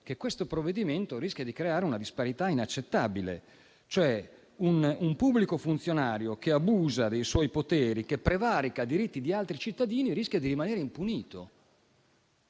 che questo provvedimento rischia di creare una disparità inaccettabile: un pubblico funzionario che abusa dei suoi poteri e prevarica i diritti di altri cittadini rischia di rimanere impunito.